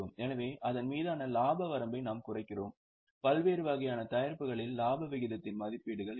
எனவே அதன் மீதான லாப வரம்பை நாம் குறைக்கிறோம் பல்வேறு வகையான தயாரிப்புகளில் இலாப விகிதத்தின் மதிப்பீடுகள் இருக்கும்